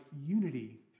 unity